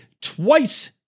twice